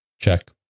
check